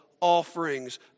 offerings